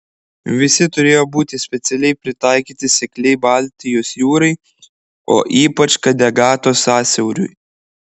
visi turėjo būti specialiai pritaikyti sekliai baltijos jūrai o ypač kategato sąsiauriui